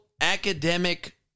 academic